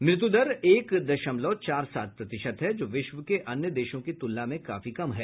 मृत्युदर एक दशमलव चार सात प्रतिशत है जो विश्व के अन्य देशों की तुलना में काफी कम है